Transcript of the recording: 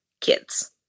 kids